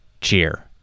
cheer